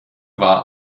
war